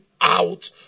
out